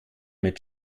mit